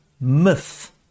myth